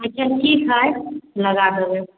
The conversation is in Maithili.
अच्छा ठीक हइ लगा देबै